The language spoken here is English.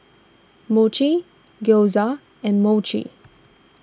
Mochi Gyoza and Mochi